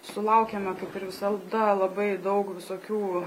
sulaukėme kaip ir visada labai daug visokių